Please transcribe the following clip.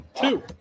two